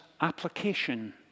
application